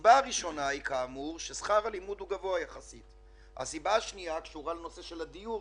הסיבה השנייה שבגללה מצב הסטודנטים גרוע קשורה לנושא של הדיור.